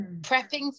Prepping